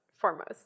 foremost